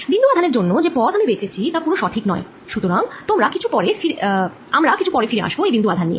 বিন্দু আধান এর জন্যে যে পথ আমি বেছেছি তা পুরো সঠিক নয় সুতরাং আমরা কিছু পরে ফিরে আসব সেই বিন্দু আধান নিয়ে